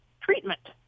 treatment